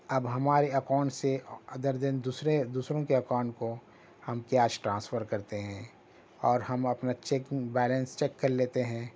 اب ہمارے اکاؤنٹ سے ادر دین دوسرے دوسروں کے اکاؤنٹ کو ہم کیش ٹرانسفر کرتے ہیں اور ہم اپنے چیکنگ بیلنس چیک کر لیتے ہیں